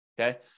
Okay